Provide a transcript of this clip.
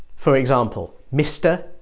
for example, mister,